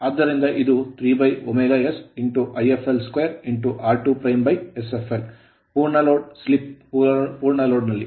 ಆದ್ದರಿಂದ ಇದು 3ωs Ifl2 r2sfl ಪೂರ್ಣ load ಲೋಡ್ slip ಸ್ಲಿಪ್ ಪೂರ್ಣ load ಲೋಡ್ ನಲ್ಲಿ